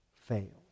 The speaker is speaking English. fails